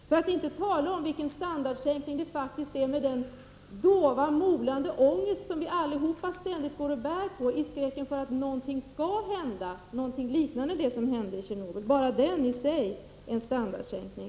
För att inte tala om vilken standardsänkning det egentligen innebär att ständigt bära på en dov, mo lande ångest i skräck för att någonting faktiskt skall hända, någonting liknande det som hände i Tjernobyl! Bara den skräcken är i sig en standardsänkning.